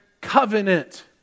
covenant